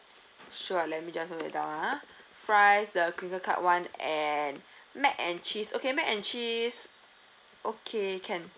sure let me just note that down ah fries the crinkle cut [one] and mac and cheese okay mac and cheese okay can